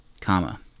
comma